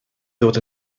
ddod